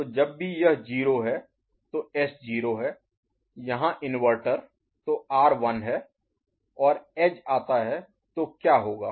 तो जब भी यह 0 है तो S 0 है यहाँ इन्वर्टर तो R 1 है और एज आता है तो क्या होगा